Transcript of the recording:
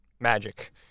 magic